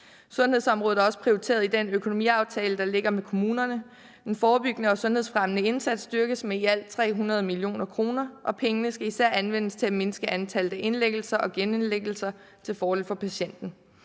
Sundhedsområdet er også prioriteret i den økonomiaftale, der ligger med kommunerne. Den forebyggende og sundhedsfremmende indsats styrkes med i alt 300 mio. kr., og pengene skal især anvendes til at mindske antallet af indlæggelser og genindlæggelser til fordel for patienten.